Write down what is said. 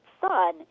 Son